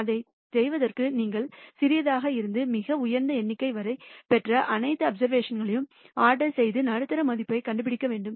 இதைச் செய்வதற்கு நீங்கள் சிறியதாக இருந்து மிக உயர்ந்த எண்ணிக்கை வரை பெற்ற அனைத்து அப்சர்வேஷன்களையும் ஆர்டர் செய்து நடுத்தர மதிப்பைக் கண்டுபிடிக்க வேண்டும்